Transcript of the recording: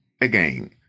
again